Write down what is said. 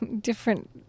different